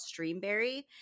Streamberry